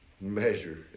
measure